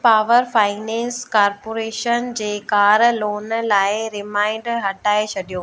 power finance corporation जे car loan लाइ reminder हटाए छॾियो